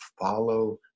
follow